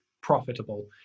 profitable